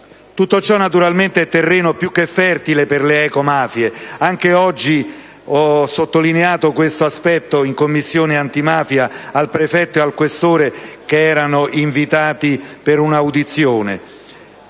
Tutto ciò naturalmente è terreno più che fertile per le ecomafie. Anche oggi ho sottolineato questo aspetto in Commissione antimafia al Prefetto ed al Questore, invitati per una audizione,